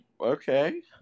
Okay